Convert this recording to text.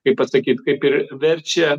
kaip pasakyt kaip ir verčia